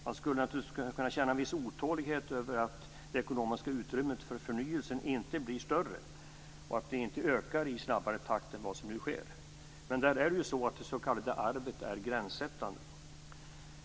Man skulle naturligtvis kunna känna en viss otålighet över att det ekonomiska utrymmet för förnyelsen inte blir större och att det inte ökar i snabbare takt än vad som nu sker. Men där är det ju så att det s.k. arvet är gränssättande.